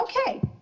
okay